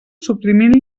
suprimint